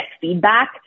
feedback